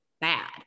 bad